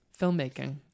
Filmmaking